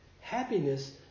Happiness